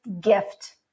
gift